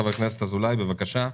חבר הכנסת אזולאי, בבקשה.